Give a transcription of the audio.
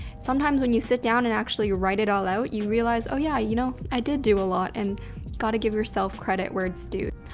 sometimes, when you sit down and actually write it all out, you realize, oh yeah, you know i did do a lot and gotta give yourself credit where it's due.